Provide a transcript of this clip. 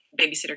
babysitter